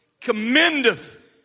commendeth